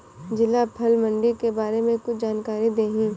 जिला फल मंडी के बारे में कुछ जानकारी देहीं?